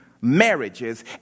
marriages